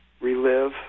relive